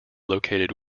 located